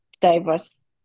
diverse